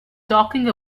talking